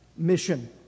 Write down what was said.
mission